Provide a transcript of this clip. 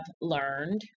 learned